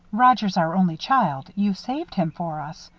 roger's our only child you saved him for us.